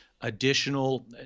additional